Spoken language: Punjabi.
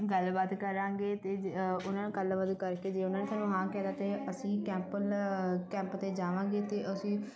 ਗੱਲਬਾਤ ਕਰਾਂਗੇ ਅਤੇ ਜੇ ਉਹਨਾਂ ਨੂੰ ਗੱਲਬਾਤ ਕਰਕੇ ਜੇ ਉਹਨਾਂ ਨੇ ਸਾਨੂੰ ਹਾਂ ਕਹਿਤਾ ਤਾਂ ਅਸੀਂ ਕੈਂਪਲ ਕੈਂਪ 'ਤੇ ਜਾਵਾਂਗੇ ਅਤੇ ਅਸੀਂ